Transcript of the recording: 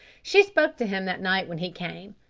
she spoke to him that night when he came.